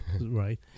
right